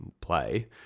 play